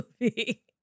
movie